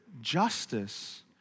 justice